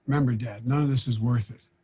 remember, dad, none of this is worth it.